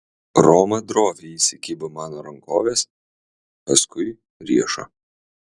roma droviai įsikibo mano rankovės paskui riešo